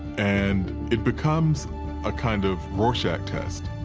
and it becomes a kind of rorschach test.